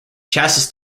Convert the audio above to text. chassis